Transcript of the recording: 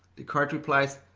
descartes replies,